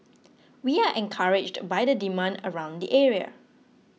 we are encouraged by the demand around the area